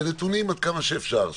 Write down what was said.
ונתונים, עד כמה שאפשר.